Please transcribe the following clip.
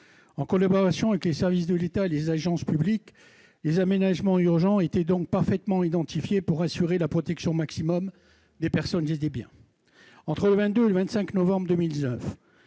En collaboration avec les services de l'État et les agences publiques, les aménagements urgents étaient donc parfaitement identifiés pour assurer la protection maximale des personnes et des biens.